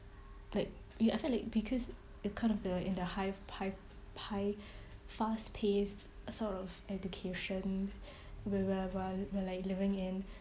like you I felt like because kind of in the high high high fast paced sort of education where where where we're living in